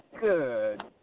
Good